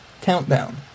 countdown